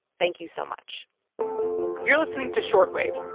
thank you so much you're listening to short wave